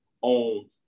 on